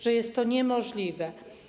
że jest to niemożliwe.